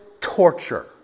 torture